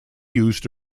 used